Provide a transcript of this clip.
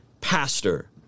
pastor